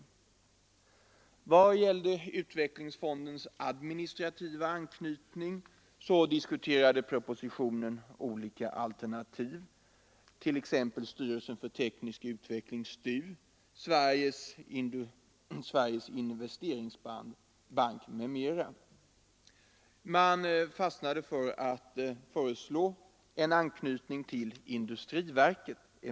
I vad gällde utvecklingsfondens administrativa anknytning diskuterade propositionen olika alternativ, t.ex. styrelsen för teknisk utveckling, STU, Sveriges investeringsbank och industriverket. Man fastnade för att föreslå en anknytning till industriverket.